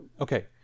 Okay